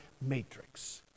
matrix